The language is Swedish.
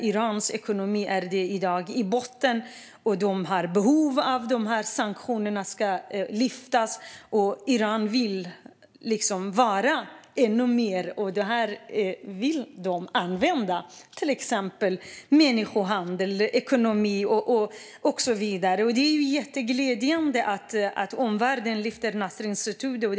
Irans ekonomi är i dag i botten, och de har behov av att sanktionerna lyfts när det gäller till exempel människohandel, ekonomi och så vidare. Det är väldigt glädjande att omvärlden lyfter Nasrin Sotoudeh.